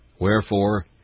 Wherefore